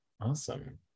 Awesome